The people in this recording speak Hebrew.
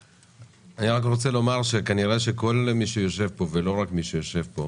אני רוצה לומר שכנראה שכל מי שיושב פה ולא רק מי שיושב פה